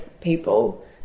people